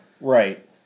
Right